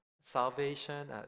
salvation